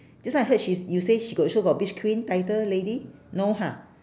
just now I heard she's you say she got show got beach queen title lady no ha